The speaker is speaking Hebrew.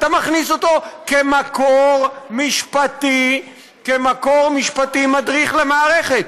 אתה מכניס אותו כמקור משפטי מדריך למערכת.